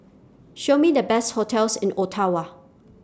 Show Me The Best hotels in Ottawa